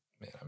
man